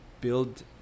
build